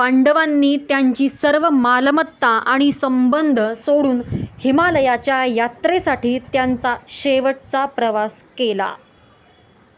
पांडवांनी त्यांची सर्व मालमत्ता आणि संबंध सोडून हिमालयाच्या यात्रेसाठी त्यांचा शेवटचा प्रवास केला